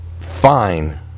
fine